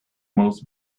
must